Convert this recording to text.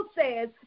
says